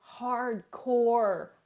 hardcore